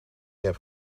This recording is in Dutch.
heb